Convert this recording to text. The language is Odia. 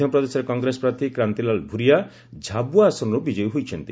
ମଧ୍ୟପ୍ରଦେଶରେ କଂଗ୍ରେସ ପ୍ରାର୍ଥୀ କ୍ରାନ୍ତିଲାଲ୍ ଭୁରିଆ ଝାବୁଆ ଆସନର୍ ବିକୟୀ ହୋଇଛନ୍ତି